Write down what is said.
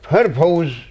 purpose